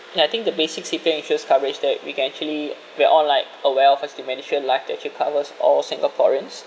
and I think the basic C_P_F insurance coverage that we can actually we're all like aware of first the MediShield Life that it actually covers all singaporeans